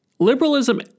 Liberalism